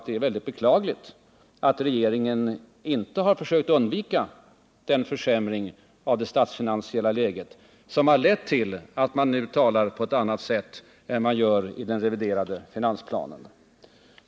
Det är väldigt beklagligt att regeringen inte har försökt undvika den försämring av det statsfinansiella läget som har lett till att man nu talar på ett annat sätt än man gör i den reviderade finansplanen.